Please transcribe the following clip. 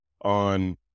on